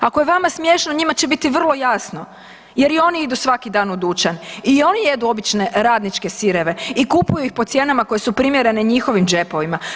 Ako je vama smiješno, njima će biti vrlo jasno, jer i oni idu svaki dan u dućan i oni jedu obične, radničke sireve i kupuju ih po cijenama koje su primjerene njihovim džepovima.